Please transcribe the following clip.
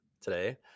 today